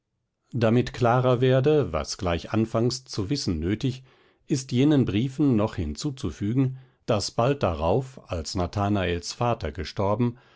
damit klarer werde was gleich anfangs zu wissen nötig ist jenen briefen noch hinzuzufügen daß bald darauf als nathanaels vater gestorben